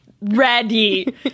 Ready